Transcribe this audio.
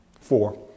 four